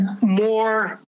more